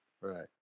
Right